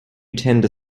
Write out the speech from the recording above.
tender